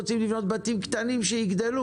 יש שם מודל שבתכנון אתה יכול להוסיף עוד שני חדרים בהמשך.